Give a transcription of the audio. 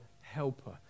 helper